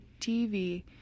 TV